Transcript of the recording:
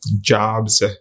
jobs